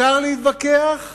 מותר להתווכח